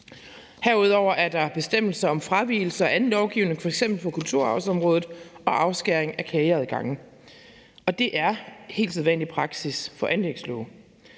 Herudover er der bestemmelser om fravigelse af anden lovgivning, f.eks. på kulturarvsområdet, og afskæring af klageadgange, og det er helt sædvanlig praksis for anlægslove.